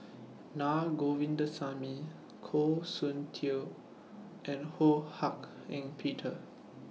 Naa Govindasamy Goh Soon Tioe and Ho Hak Ean Peter